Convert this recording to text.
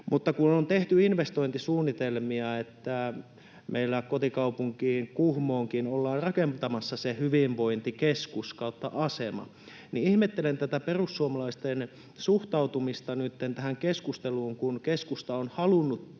Mutta kun on tehty investointisuunnitelmia, että meillä kotikaupunkiini Kuhmoonkin ollaan rakentamassa se hyvinvointikeskus/-asema, niin ihmettelen tätä perussuomalaisten suhtautumista nytten tähän keskusteluun, kun keskusta on halunnut